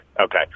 Okay